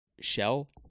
shell